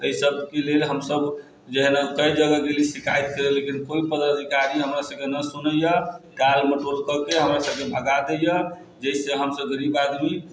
एहि सभके लेल हम सभ कै जगह गेलीह शिकायत करैले लेकिन कोइ पदाधिकारी हमरा सभके न सुनैया टाल मटोल कऽ कऽ हमरा सभके भगा दैया जेहिसँ हम सभ गरीब आदमी